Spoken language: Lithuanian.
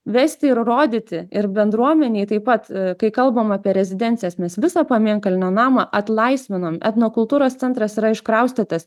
vesti ir rodyti ir bendruomenėj taip pat kai kalbam apie rezidencijas mes visą pamėnkalnio namą atlaisvinom etnokultūros centras yra iškraustytas